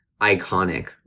iconic